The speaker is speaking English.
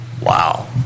Wow